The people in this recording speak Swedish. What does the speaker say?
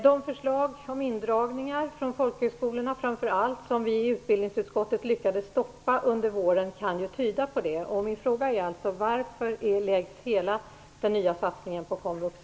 De förslag om indragningar från framför allt folkhögskolorna som vi i utbildningsutskottet lyckades stoppa under våren kan ju tyda på det. Varför läggs hela den nya satsningen på komvux?